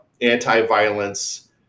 anti-violence